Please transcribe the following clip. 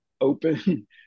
open